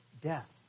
death